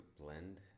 blend